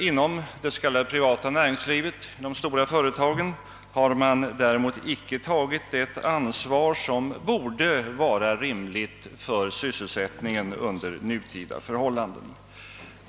Inom det s.k. privata näringslivet — de stora företagen — har man däremot icke tagit det ansvar för sysselsättningen som borde vara rimligt under nutida förhållanden.